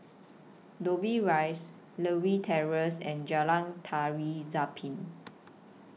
Dobbie Rise Lewin Terrace and Jalan Tari Zapin